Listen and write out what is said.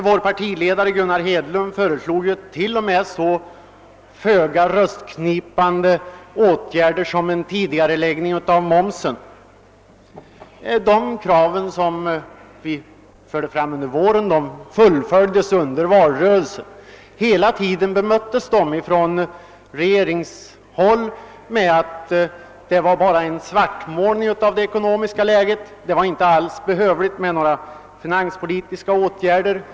Vår partiledare Gunnar Hedlund föreslog t.o.m. så föga röstknipande åtgärder som en tidigareläggning av momsen. De krav vi framförde under våren upprepades under valrörelsen. Hela tiden bemöttes dessa från regeringshåll med påståendet att de bara utgjorde en svartmålning av det ekonomiska läget — det var alls inte behövligt med några finanspolitiska åtgärder.